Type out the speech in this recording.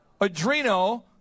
Adreno